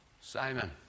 Simon